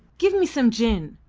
give me some gin!